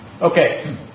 Okay